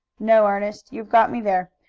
no, ernest. you've got me there.